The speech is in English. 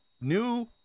new